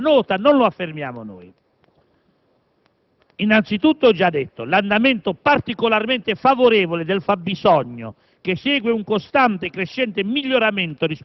lo dice la Nota, non lo affermiamo noi. Infatti, l'andamento particolarmente favorevole del fabbisogno,